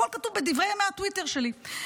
הכול כתוב בדברי ימי הטוויטר שלי.